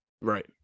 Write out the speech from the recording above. right